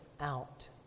out